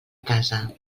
casa